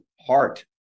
heart